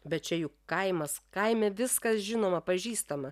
bet čia juk kaimas kaime viskas žinoma pažįstama